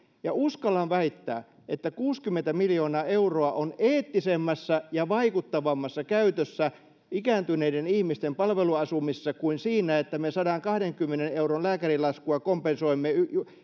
uskallan väittää että kuusikymmentä miljoonaa euroa on eettisemmässä ja vaikuttavammassa käytössä ikääntyneiden ihmisten palveluasumisessa kuin siinä että me sadankahdenkymmenen euron lääkärilaskua kompensoimme